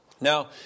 Now